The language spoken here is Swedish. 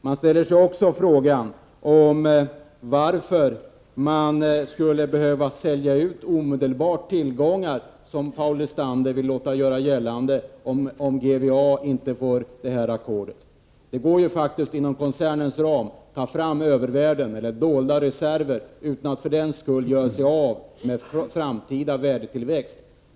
Man ställer sig också frågan varför man omedelbart skulle behöva sälja ut tillgångar, vilket Paul Lestander hävdade, om GVA inte får det här ackordet. Inom koncernens ram går det faktiskt att ta fram dolda reserver utan att för den skull göra sig av med en framtida värdetillväxt.